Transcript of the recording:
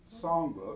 songbook